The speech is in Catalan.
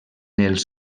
els